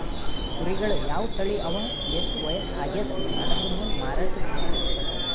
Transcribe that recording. ಕುರಿಗಳ್ ಯಾವ್ ತಳಿ ಅವಾ ಎಷ್ಟ್ ವಯಸ್ಸ್ ಆಗ್ಯಾದ್ ಅನದ್ರ್ ಮ್ಯಾಲ್ ಮಾರಾಟದ್ ಬೆಲೆ ಇರ್ತದ್